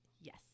yes